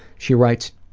she writes,